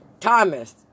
Thomas